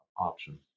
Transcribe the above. option